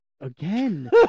Again